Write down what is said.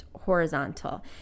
horizontal